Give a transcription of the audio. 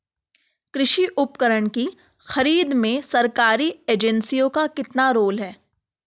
कृषि उपकरण की खरीद में सरकारी एजेंसियों का कितना रोल है?